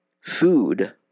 food